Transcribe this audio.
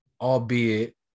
albeit